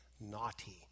naughty